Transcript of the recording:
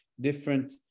different